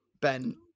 Ben